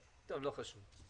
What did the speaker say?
אנחנו לא נוגעים בכם.